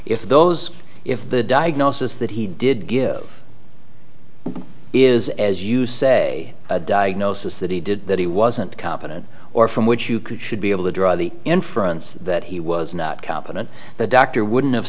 if those if the diagnosis that he did give is as you say a diagnosis that he did that he wasn't competent or from which you could should be able to draw the inference that he was not competent the doctor wouldn't have